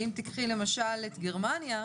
אם תיקחי למשל את גרמניה,